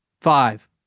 Five